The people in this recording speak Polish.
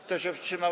Kto się wstrzymał?